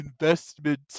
investment